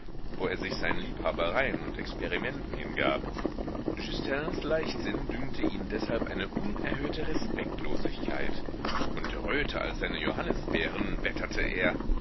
wo er sich seinen liebhabereien und experimenten hingab justins leichtsinn dünkte ihn deshalb eine unerhörte respektlosigkeit und röter als seine johannisbeeren wetterte er